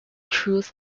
truth